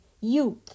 youth